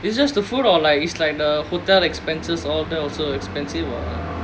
it's just the food or like it's like the hotel expenses all of that also expensive or